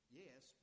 yes